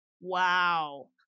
Wow